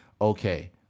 okay